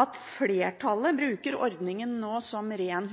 at flertallet nå bruker ordningen som en ren